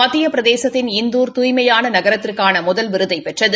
மத்திய பிரதேசத்தின் இந்தூர் தூய்மையான நகரத்துக்கான முதல் விருதினை பெற்றது